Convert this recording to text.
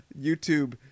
youtube